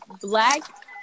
black